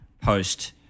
post